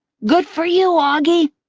good for you, auggie!